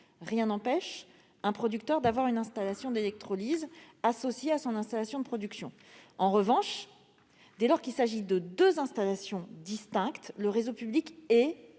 rien n'empêche un producteur d'avoir une installation d'électrolyse associée à son installation de production. En revanche, dès lors qu'il s'agit de deux installations distinctes, le réseau public est,